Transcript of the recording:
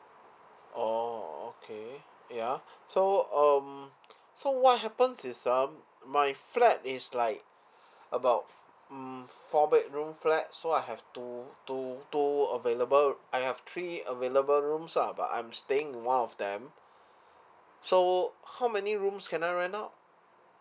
orh okay ya so um so what happen is ah my flat is like about mm four bedroom flat so I have two two two available I have three available rooms lah but I'm staying in one of them so how many rooms can I rent out